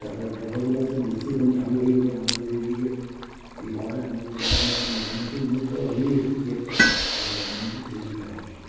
তার পরে টোটোগুলোর তো বেশি এখন চালু হয়েগেছে আমাদের এইদিকে এইভাবে আমাদের এখানে মোটামুটি উন্নত হয়েগেছে যে তো মোটামুটি চলছে আর কি